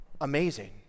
amazing